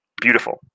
Beautiful